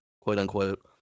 quote-unquote